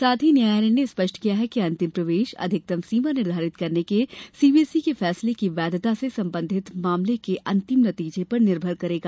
साथ ही न्यायालय ने स्पष्ट किया है कि अंतिम प्रवेश अधिकतम सीमा निर्धारित करने के सीबीएसई के फैसले की वैधता से सबंधित मामले के अंतिम नतीजे पर निर्भर करेगा